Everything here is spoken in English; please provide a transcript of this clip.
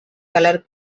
colour